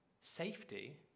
safety